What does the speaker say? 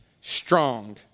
strong